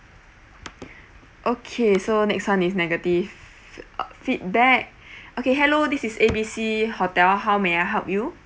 okay so next one is negative fe~ uh feedback okay hello this is A B C hotel how may I help you